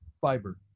fiber